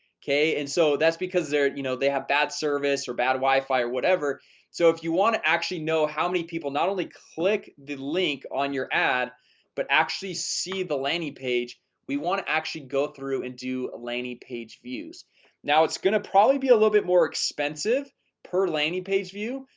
okay, and so that's because they're you know, they have bad service or bad wi-fi or whatever so if you want to actually know how many people not only click the link on your ad but actually see the landing page we want to actually go through and do eleni page views now it's gonna probably be a little bit more expensive per landing page view,